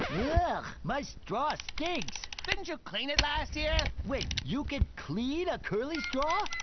my straw stinks. didn't you clean it last year? wait, you can clean a curly straw?